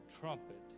trumpet